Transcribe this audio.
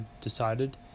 decided